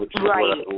Right